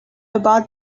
about